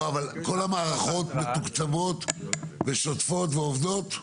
כל המערכות מתוקצבות ושוטפות ועובדות?